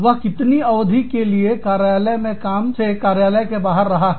वह कितनी अवधि के लिए कार्यालय के काम से कार्यालय के बाहर रहा है